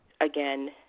again